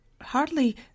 hardly